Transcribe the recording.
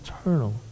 eternal